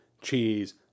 cheese